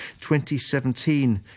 2017